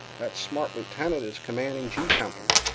that smart lieutenant is commanding g company.